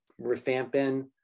rifampin